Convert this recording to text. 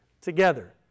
together